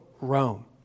Rome